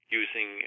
using